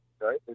right